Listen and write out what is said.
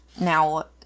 Now